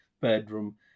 bedroom